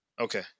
Okay